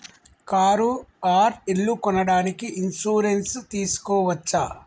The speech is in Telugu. కారు ఆర్ ఇల్లు కొనడానికి ఇన్సూరెన్స్ తీస్కోవచ్చా?